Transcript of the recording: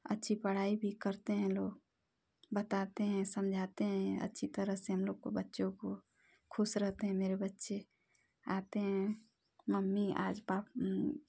अच्छी पढ़ाई भी करते हैं लोग बताते हैं समझाते हैं अच्छी तरह से हम लोगों को बच्चों को ख़ुश रहते हैं मेरे बच्चे आते है मम्मी आज